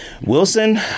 Wilson